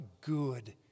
good